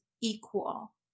equal